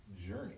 journey